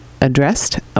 addressed